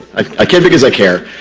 i i kid because i care.